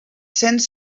cents